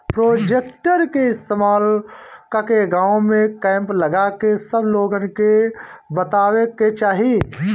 projector के इस्तेमाल कके गाँव में कैंप लगा के सब लोगन के बतावे के चाहीं